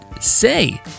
Say